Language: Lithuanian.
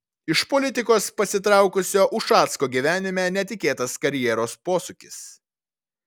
iš politikos pasitraukusio ušacko gyvenime netikėtas karjeros posūkis